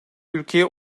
ülkeye